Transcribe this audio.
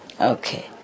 Okay